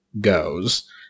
goes